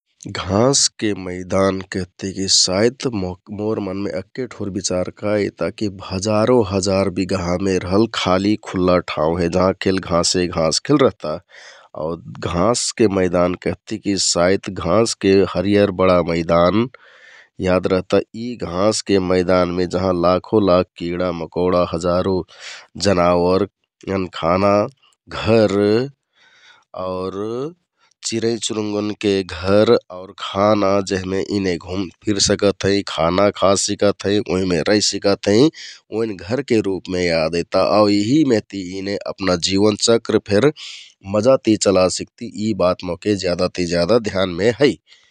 घाँसके मैदान केहति की साइत मोर मनमे अक्के ठोर बिचार का अइता की हजारों हजार बिगाहामे रहल खाली खुल्ला ठाउँ हे । जहाँ अकेल घाँसे घास केल रहता आउ घाँसके मैदान केहति की साइत घाँसके हरियर बडा मैदान याद रहता । यी घाँसके मैदानमे जहाँ लाखौंलाख किडामकौडा, हजारों जनावर एन खाना, घर आउर चिंरैचुरुङगन के घर आउर खाना जेहमे यीने घुमफिर सकत हैं। खाना खा सिकत हैं, उहिमे रहि सिकत हैं, ओइन घरके रुपमें याद ऐता । आउ इहि मेहती यीने अपना जीवन चक्र फेर मजा ति चला सिकती । इ बात मोहके ज्यादा ति ज्यादा ध्यानमें है ।